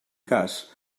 cas